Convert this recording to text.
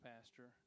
pastor